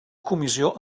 comissió